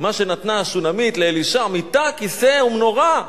מה שנתנה השונמית לאלישע: מיטה, כיסא ומנורה.